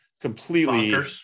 completely